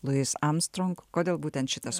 luis armstrong kodėl būtent šitas